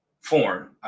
form